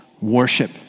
worship